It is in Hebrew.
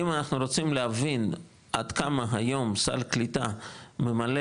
אם אנחנו רוצים להבין עד כמה היום סל קליטה ממלא